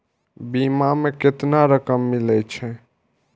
बीमा में केतना रकम मिले छै?